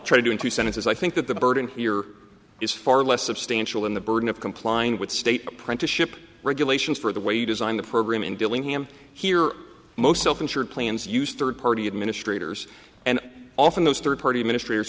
to do in two sentences i think that the burden here is far less substantial in the burden complying with state apprenticeship regulations for the way you design the program in dillingham here most self insured plans use third party administrators and often those third party administr